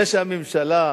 זה שהממשלה,